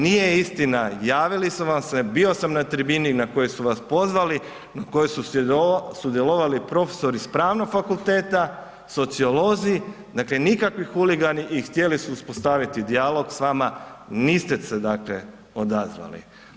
Nije istina javili su vam se, bio sam na tribini na kojoj su vas pozvali kojoj su sudjelovali profesori s Pravnog fakulteta, sociolozi dakle nikakvi huligani i htjeli su uspostaviti dijalog s vama, niste se odazvali.